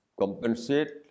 compensate